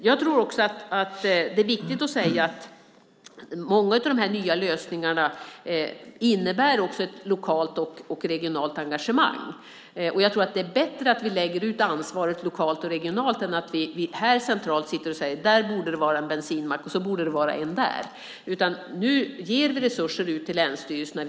Det är också viktigt att säga att många av de här nya lösningarna innebär ett lokalt och regionalt engagemang. Jag tror att det är bättre att vi lägger ut ansvaret lokalt och regionalt än att vi centralt säger att där borde det vara en bensinmack och så borde det vara en där. Nu ger vi resurser till länsstyrelserna.